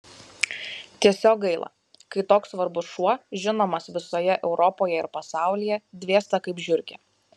tiesiog gaila kai toks svarbus šuo žinomas visoje europoje ir pasaulyje dvėsta kaip žiurkė